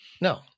No